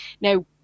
Now